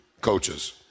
coaches